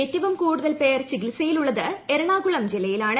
ഏറ്റവും കൂടുതൽ പേർ ചികിത്സയിലുള്ളത് എറണാകുളം ജില്ലയിലാണ്